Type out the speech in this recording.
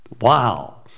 Wow